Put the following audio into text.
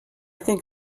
think